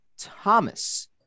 Thomas